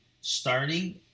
starting